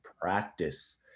practice